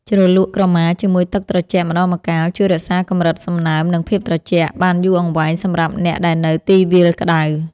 ជ្រលក់ក្រមាជាមួយទឹកត្រជាក់ម្តងម្កាលជួយរក្សាកម្រិតសំណើមនិងភាពត្រជាក់បានយូរអង្វែងសម្រាប់អ្នកដែលនៅទីវាលក្តៅ។